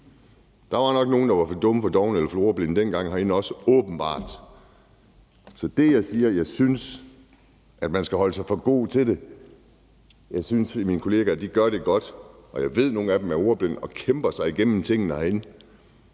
herinde, der var for dumme, for dovne eller for ordblinde dengang. Det, jeg siger, er, at jeg synes, at man skal holde sig for god til det der. Jeg synes, at mine kollegaer gør det godt, og jeg ved, at nogle af dem er ordblinde og kæmper sig igennem tingene herinde.